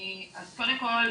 אז קודם כל,